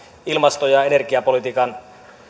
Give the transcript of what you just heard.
ilmasto ja energiapolitiikan